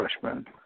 freshman